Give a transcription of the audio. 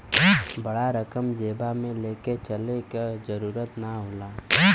बड़ा रकम जेबा मे ले के चले क जरूरत ना होला